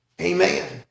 Amen